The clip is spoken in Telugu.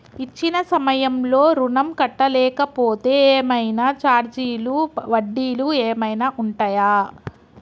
ఇచ్చిన సమయంలో ఋణం కట్టలేకపోతే ఏమైనా ఛార్జీలు వడ్డీలు ఏమైనా ఉంటయా?